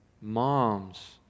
moms